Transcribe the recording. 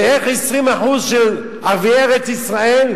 ואיך, 20% של ערביי ארץ-ישראל,